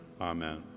amen